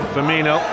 Firmino